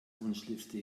wunschliste